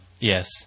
yes